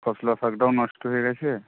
ফসল শাকটাও নষ্ট হয়ে গেছে